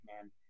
man